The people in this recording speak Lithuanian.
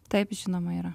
taip žinoma yra